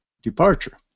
departure